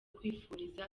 kwifuriza